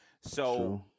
So-